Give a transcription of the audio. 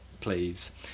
please